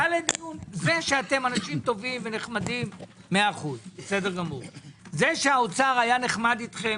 זה שאתם אנשים טובים ונחמדים 100%. זה שהאוצר היה נחמד אתכם